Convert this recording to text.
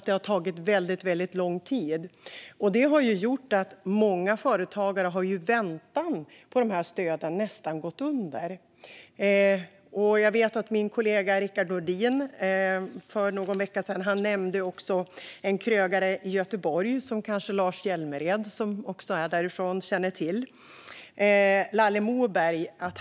Det har tagit väldigt lång tid, och det har gjort att många företagare nästan gått under i väntan på stöden. Jag vet att min kollega Rickard Nordin för någon vecka sedan nämnde en krögare i Göteborg, som kanske Lars Hjälmered som också är därifrån känner till: Lalle Morberg.